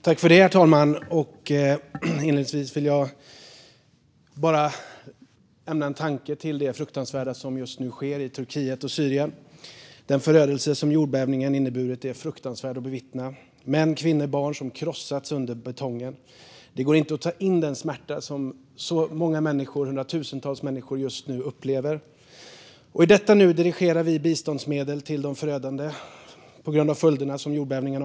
Herr talman! Inledningsvis vill jag bara ägna en tanke åt det fruktansvärda som just nu sker i Turkiet och Syrien. Den förödelse som jordbävningen inneburit är fruktansvärd att bevittna - män, kvinnor och barn som krossats under betongen. Det går inte att ta in den smärta som hundratusentals människor just nu upplever. I detta nu dirigerar vi biståndsmedel till dem som drabbats av jordbävningen och dess följder.